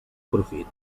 profit